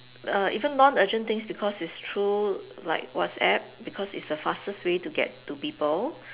well even non-urgent things because it's through like WhatsApp because it's the fastest way to get to people